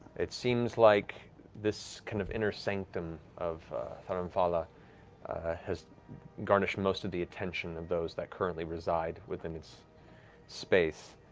it seems like this kind of inner sanctum of thar amphala has garnished most of the attention of those that currently reside within its space.